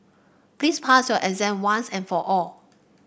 please pass your exam once and for all